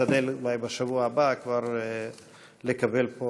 נשתדל שאולי בשבוע הבא כבר נקבל פה